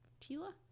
Tila